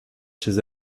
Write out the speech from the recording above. chez